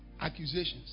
accusations